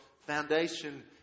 foundation